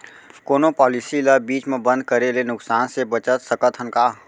कोनो पॉलिसी ला बीच मा बंद करे ले नुकसान से बचत सकत हन का?